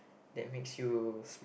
that makes you